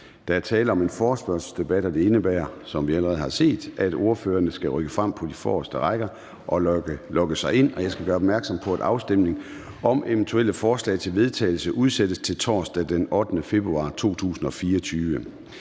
Der er tale om en forespørgselsdebat, og det indebærer, som vi allerede har set, at ordførerne skal rykke frem på de forreste rækker og logge sig ind. Jeg skal gøre opmærksom på, at afstemning om eventuelle forslag til vedtagelse udsættes til torsdag den 8. februar 2024.